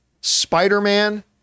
Spider-Man